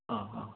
ആ ആ